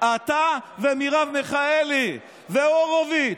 אתה ומרב מיכאלי והורוביץ.